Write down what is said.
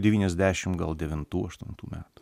devyniasdešimt gal devintų aštuntų metų